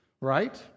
right